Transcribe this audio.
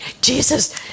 Jesus